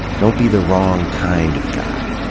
don't be the wrong kind of guy.